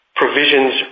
provisions